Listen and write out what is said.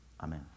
Amen